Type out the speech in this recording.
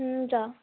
हुन्छ